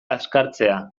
azkartzea